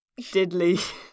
diddly